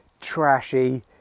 trashy